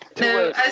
No